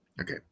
Okay